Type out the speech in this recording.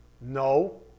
No